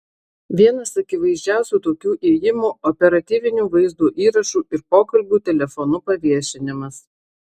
vienas akivaizdžiausių tokių ėjimų operatyvinių vaizdo įrašų ir pokalbių telefonu paviešinimas